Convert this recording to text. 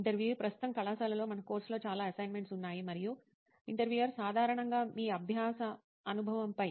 ఇంటర్వ్యూఈ ప్రస్తుతం కళాశాలలో మనకు కోర్సులో చాలా అసైన్మెంట్స్ ఉన్నాయి మరియు ఇంటర్వ్యూయర్ సాధారణంగా మీ అభ్యాస అనుభవంపై